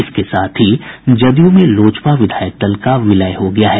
इसके साथ ही जदयू में लोजपा विधायक दल का विलय हो गया है